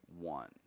one